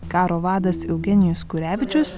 karo vadas eugenijus kurevičius